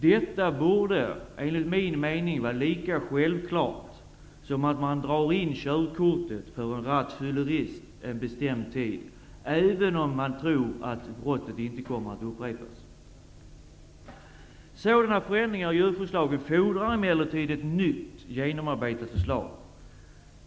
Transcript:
Detta borde, enligt min mening, vara lika självklart som att man drar in körkortet för en rattfyllerist en bestämd tid, även om man tror att brottet inte kommer att upprepas. Sådana förändringar i djurskyddslagen fordrar emellertid ett nytt genomarbetat förslag.